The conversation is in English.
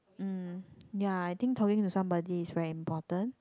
um ya I think talking to somebody is very important